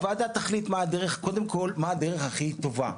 הוועדה תחליט קודם כל מה הדרך הכי טובה,